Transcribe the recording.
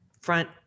front